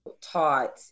taught